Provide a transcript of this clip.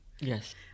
Yes